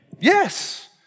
Yes